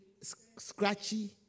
scratchy